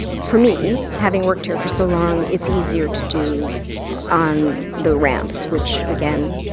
for me, having worked here for so long, it's easier to do on the ramps, which again,